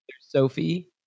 Sophie